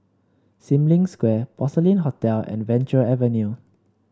Sim Lim Square Porcelain Hotel and Venture Avenue